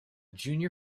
junior